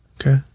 Okay